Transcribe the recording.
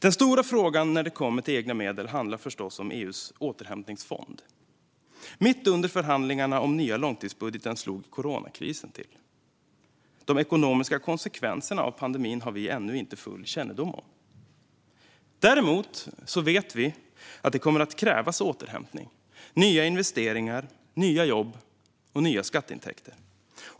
Den stora frågan när det kommer till egna medel handlar förstås om EU:s återhämtningsfond. Mitt under förhandlingarna om den nya långtidsbudgeten slog coronakrisen till. De ekonomiska konsekvenserna av pandemin har vi ännu inte full kännedom om. Däremot vet vi att det kommer att krävas återhämtning - nya investeringar, nya jobb och nya skatteintäkter.